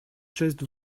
chest